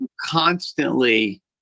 Constantly